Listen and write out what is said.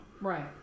right